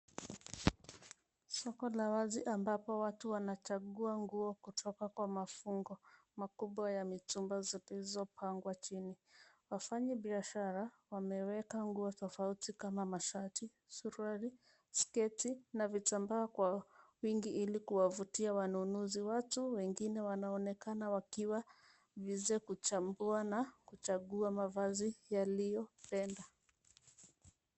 Soko la wazi ambapo watu wanachagua nguo kutoka kwa mafungo makubwa ya mitumba zilizopangwa chini. Wafanyibiashara wameweka nguo tofauti kama shati, suruali, sketi, na vitambaa kwa wingi ili kuwavutia wanunuzi. Watu wengine wanaonekana wakiwa busy kuchambua na kuchagua mavazi yaliyopenda.